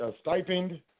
stipend